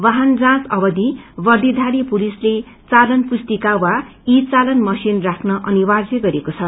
वाहन जाँच अवधि वर्दीधारी पुलिसको चालन पुस्तिका वा ई चालान मशीन राख्न अनिर्वाय गरिएको छ